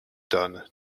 done